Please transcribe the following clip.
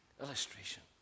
Illustration